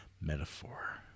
Metaphor